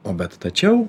o bet tačiau